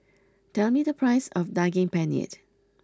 tell me the price of Daging Penyet